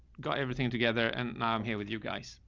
got everything together and i'm here with you guys.